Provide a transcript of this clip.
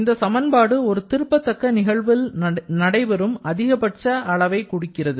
இந்த சமன்பாடு ஒரு திருப்பத்தக்க நிகழ்வில் நடைபெறும் அதிகப்பட்ச அளவை குறிக்கிறது